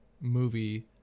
movie